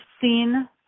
seen